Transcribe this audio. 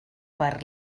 per